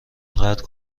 قطع